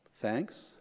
Thanks